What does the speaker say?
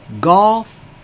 golf